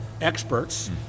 experts